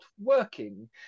working